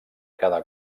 cada